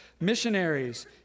missionaries